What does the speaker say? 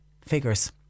figures